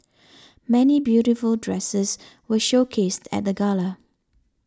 many beautiful dresses were showcased at the gala